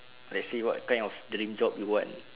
let say what kind of dream job you want